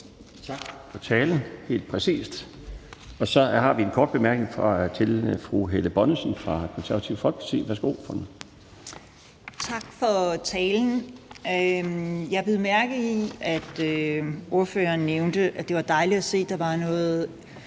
Tak for talen. Helt præcist. Så har vi en kort bemærkning fra fru Helle Bonnesen fra Det Konservative Folkeparti. Værsgo. Kl. 14:08 Helle Bonnesen (KF): Tak for talen. Jeg bed mærke i, at ordføreren nævnte, at det var dejligt at se, at Det Radikale